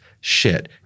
shit-